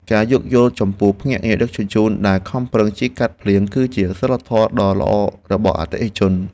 ការយោគយល់ចំពោះភ្នាក់ងារដឹកជញ្ជូនដែលខំប្រឹងជិះកាត់ភ្លៀង គឺជាសីលធម៌ដ៏ល្អរបស់អតិថិជន។